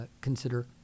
consider